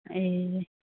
ए